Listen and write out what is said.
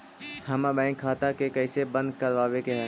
हमर बैंक खाता के कैसे बंद करबाबे के है?